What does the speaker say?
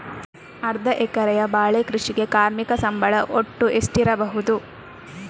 ಅರ್ಧ ಎಕರೆಯ ಬಾಳೆ ಕೃಷಿಗೆ ಕಾರ್ಮಿಕ ಸಂಬಳ ಒಟ್ಟು ಎಷ್ಟಿರಬಹುದು?